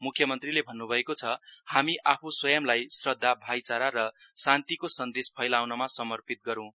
म्ख्यमन्त्रीले भन्न्भएको छ हामी आफूस्वयमलाई श्रद्वाभाइचारा र शान्तिको सन्देश फैलाउनमा समर्पित गरौं